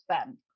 spend